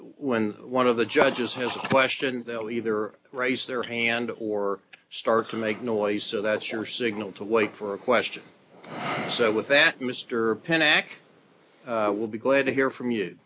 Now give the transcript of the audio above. when one of the judges has a question they'll either raise their hand or start to make noise so that's your signal to wait for a question so with that mr penn ack will be glad to hear from you